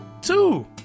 Two